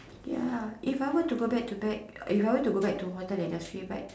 ya if I were to go back to back if I were to go back to hotel industry